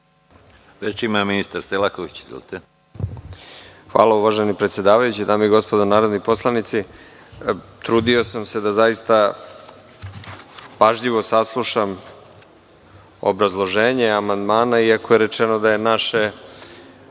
Izvolite. **Nikola Selaković** Hvala, uvaženi predsedavajući. Dame i gospodo narodni poslanici, trudio sam se da zaista pažljivo saslušam obrazloženje amandmana, iako je rečeno da je naše